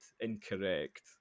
incorrect